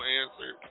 answer